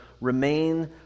remain